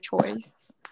choice